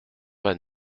vingt